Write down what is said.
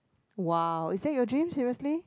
!wow! is that your dream seriously